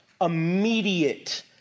immediate